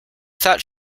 thought